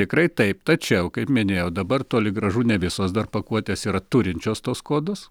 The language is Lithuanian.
tikrai taip tačiau kaip minėjau dabar toli gražu ne visos dar pakuotės yra turinčios tuos kodus